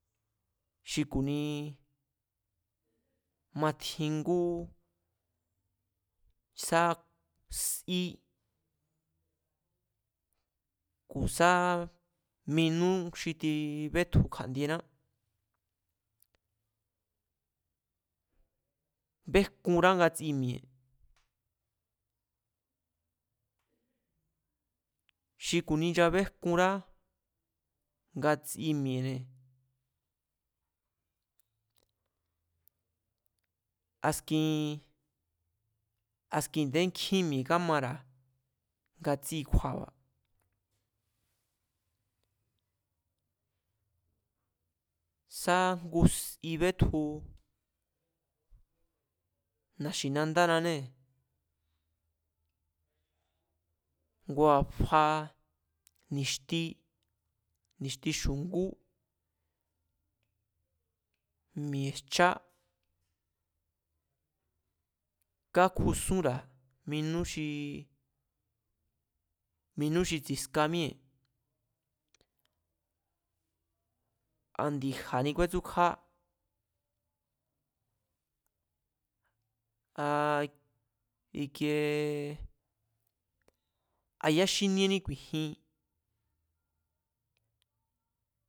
Xi ku̱ni matjin ngú sá sí ku̱ sá minú xi tibétju kja̱ndiená béjkunrá ngatsi mi̱e̱ xi ku̱ni nchabéjkunrá ngatsi mi̱e̱ne̱, askin, askin a̱ndé kjín mi̱e̱ kamara̱, ngatsikju̱a̱ba̱. Sá ngu si betju na̱xi̱nandánanée̱, ngua̱ fa ni̱xti, ni̱xti xu̱ngú, mi̱ejchá kakjusúnra̱ minú xi tsi̱ska míée̱ a ndi̱ja̱ni kúétsú kjá a ikiee a yaxíníéní ku̱i̱jin